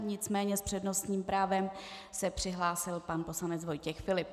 Nicméně s přednostním právem se přihlásil pan poslanec Vojtěch Filip.